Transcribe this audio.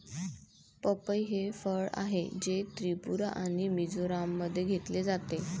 पपई हे फळ आहे, जे त्रिपुरा आणि मिझोराममध्ये घेतले जाते